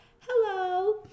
hello